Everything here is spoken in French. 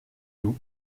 doux